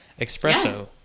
espresso